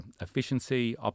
efficiency